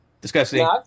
disgusting